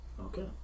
Okay